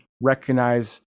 recognize